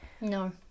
No